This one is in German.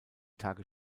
tage